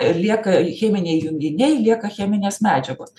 lieka cheminiai junginiai lieka cheminės medžiagos